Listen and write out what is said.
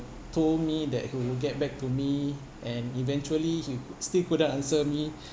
told me that he would get back to me and eventually he still couldn't answer me